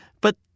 but